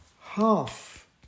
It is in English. half